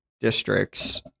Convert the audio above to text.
districts